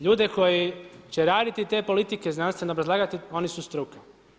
Ljude koji će raditi te politike, znanstveno obrazlagati, oni su struka.